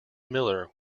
miller